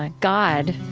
ah god,